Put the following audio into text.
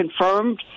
confirmed